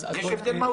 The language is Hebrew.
יש הבדל מהותי.